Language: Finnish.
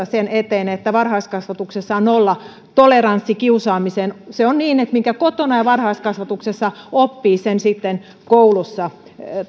sen eteen että varhaiskasvatuksessa on nollatoleranssi kiusaamiseen se on niin että minkä kotona ja varhaiskasvatuksessa oppii sen sitten koulussa